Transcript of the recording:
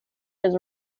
his